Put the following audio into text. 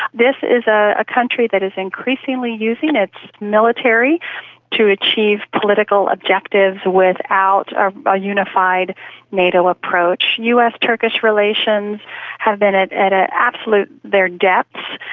this is ah a country that is increasingly using its military to achieve political objectives without a unified nato approach. us-turkish relations have been at at ah absolute, their depths,